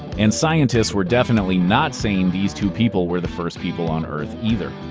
and scientists were definitely not saying these two people were the first people on earth, either.